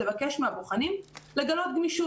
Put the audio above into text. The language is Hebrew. לבקש מהבוחנים לגלות גמישות.